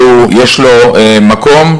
שיש לו מקום,